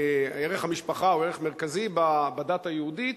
ערך המשפחה הוא ערך מרכזי בדת היהודית,